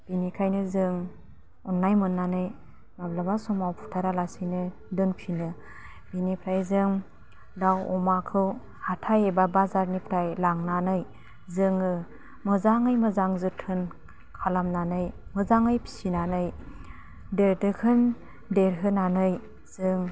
बेनिखायनो जों अन्नाय मोन्नानै माब्लाबा समाव बुथारालासेनो दोनफिनो बिनिफ्राय जों दाव अमाखौ हाथाइ एबा बाजारनिफ्राय लांनानै जोङो मोजाङै मोजां जोथोन खलामनानै मोजाङै फिसिनानै देरदोखोन देरहोनानै जों